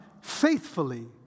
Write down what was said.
faithfully